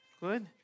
Good